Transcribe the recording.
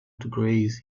degrees